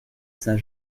saint